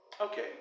Okay